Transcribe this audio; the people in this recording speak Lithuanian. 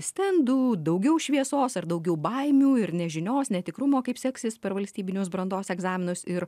stendų daugiau šviesos ar daugiau baimių ir nežinios netikrumo kaip seksis per valstybinius brandos egzaminus ir